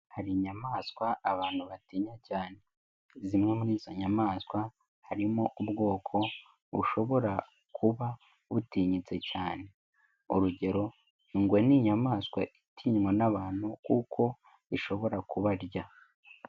Hari inyamaswa abantu batinya cyane, zimwe muri izo nyamaswa harimo ubwoko bushobora kuba butinyitse cyane. Urugero ingwe ni inyamaswa itinywa n'abantu kuko ishobora kubarya.